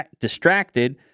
distracted